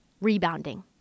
rebounding